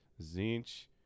Zinch